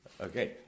Okay